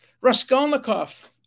Raskolnikov